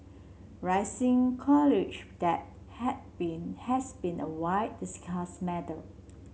rising college debt had been has been a wide discussed matter